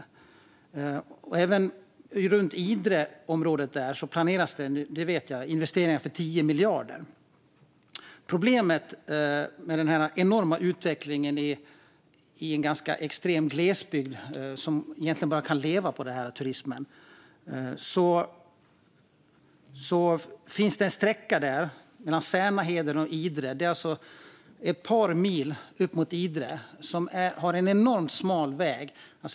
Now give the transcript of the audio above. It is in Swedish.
Jag vet att det runt Idreområdet planeras investeringar för 10 miljarder. Ett problem med denna enorma utveckling i en ganska extrem glesbygd, som egentligen bara kan leva på turismen, är en sträcka mellan Särnaheden och Idre. Ett par mil upp mot Idre har en enormt smal väg.